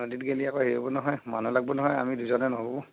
নদীত গেলি আকৌ হেৰি হ'ব নহয় মানুহ লাগিব নহয় আমি দুজনে নহ'ব